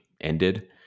ended